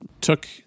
took